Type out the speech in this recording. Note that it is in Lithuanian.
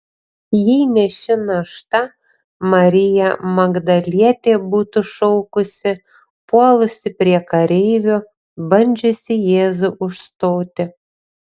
jei ne ši našta marija magdalietė būtų šaukusi puolusi prie kareivių bandžiusi jėzų užstoti